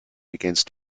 against